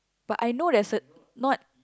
but I know that's a not